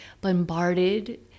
bombarded